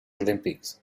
olympics